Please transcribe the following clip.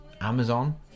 amazon